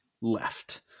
left